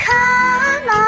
Come